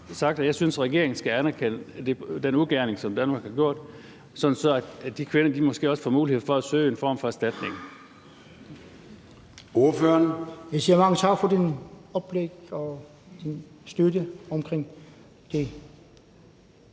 jeg har sagt, at jeg synes, at regeringen skal anerkende den ugerning, som Danmark har gjort, sådan at de kvinder måske også får mulighed for at søge en form for en erstatning.